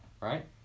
right